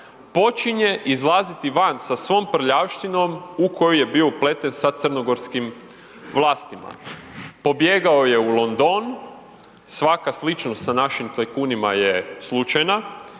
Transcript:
počinje izlaziti vas sa svom prljavštinom u koju je bio upleten sa crnogorskim vlastima. Pobjegao je u London, svaka sličnost sa našim tajkunima je slučajna